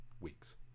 weeks